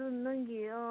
ꯑꯗꯨ ꯅꯪꯒꯤ